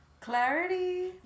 Clarity